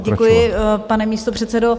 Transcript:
Děkuji, pane místopředsedo.